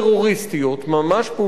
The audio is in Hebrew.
ממש פעולות טרוריסטיות,